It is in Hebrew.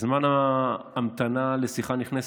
זמן ההמתנה לשיחה נכנסת,